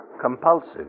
Compulsive